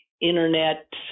internet